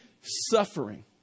suffering